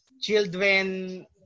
children